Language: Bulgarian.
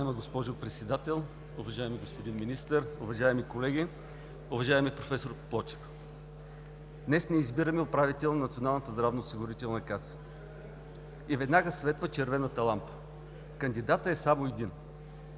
Уважаема госпожо Председател, уважаеми господин Министър, уважаеми колеги, уважаеми проф. Плочев! Днес ние избираме управител на Националната здравноосигурителна каса. И веднага светва червената лампа – кандидатът е само един.